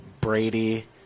Brady